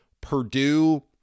Purdue